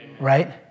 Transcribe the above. right